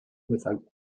without